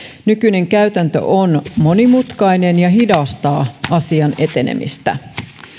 nykyinen käytäntö on monimutkainen ja hidastaa asian etenemistä